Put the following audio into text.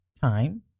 Time